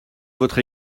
votre